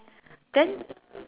then